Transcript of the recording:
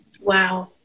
Wow